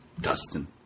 Dustin